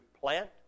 plant